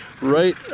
right